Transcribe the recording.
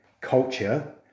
culture